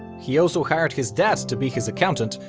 he also hired his dad to be his accountant,